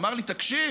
אמר לי: תקשיב.